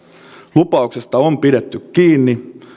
lupauksesta on pidetty kiinni